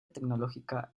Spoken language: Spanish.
tecnológica